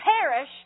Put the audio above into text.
Perish